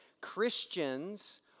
Christians